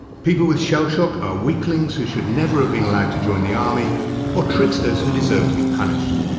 people with shellshock are weaklings who should never have been allowed to join the army or tricksters who deserve to be punished.